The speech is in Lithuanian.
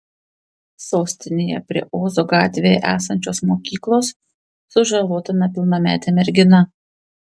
sostinėje prie ozo gatvėje esančios mokyklos sužalota nepilnametė mergina